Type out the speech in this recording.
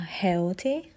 healthy